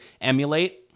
emulate